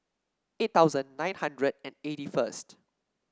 eight thousand nine hundred and eighty first